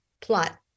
plot